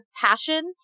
passion